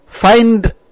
find